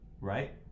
right